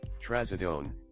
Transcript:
Trazodone